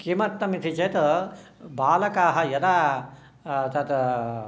किमर्थम् इति चेत् बालकाः यदा तत्